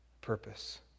purpose